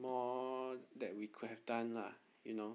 more that we could have done lah you know